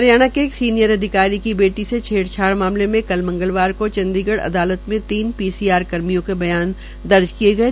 हरियाणा के एक सीनियर अधिकारियों की बेटी छेड़छाड़ मामले में कल मंगलवार को चंडीगढ़ अदालत में तीन पीसीआर कर्मियों के बयान दर्ज किये गये